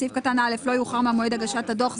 בסעיף קטן (א) 'לא יאוחר ממועד הגשת הדוח',